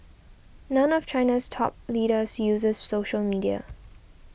none of China's top leaders uses social media